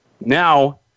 Now